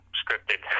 scripted